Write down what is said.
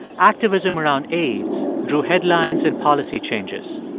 activism around aids drew headlines and policy changes.